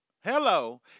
hello